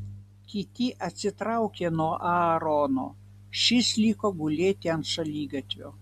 kiti atsitraukė nuo aarono šis liko gulėti ant šaligatvio